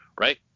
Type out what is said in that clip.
right